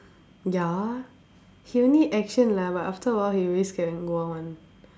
ya he only action lah but after a while he will get scared and go out one